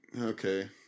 okay